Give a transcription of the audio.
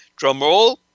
drumroll